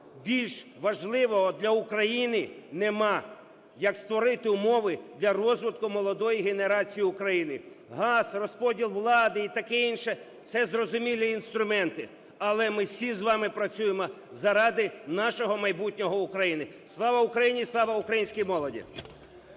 більш важливого для України нема, як створити умови для розвитку молодої генерації України. Газ, розподіл влади і таке інше – це зрозумілі інструменти, але ми всі з вами працюємо заради нашого майбутнього України. Слава Україні, слава українській молоді!